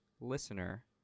listener